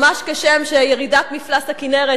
ממש כשם שירידת מפלס הכינרת,